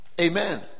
Amen